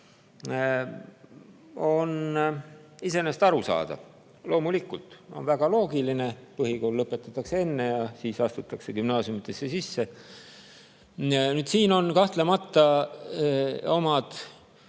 on iseenesest arusaadav. Loomulikult on väga loogiline, et põhikool lõpetatakse enne ja siis astutakse gümnaasiumidesse sisse. Siin on kahtlemata omad